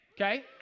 okay